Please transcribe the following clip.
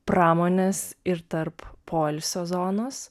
pramonės ir tarp poilsio zonos